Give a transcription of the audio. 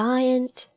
Giant